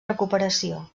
recuperació